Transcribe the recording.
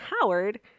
Howard